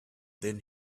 then